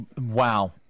Wow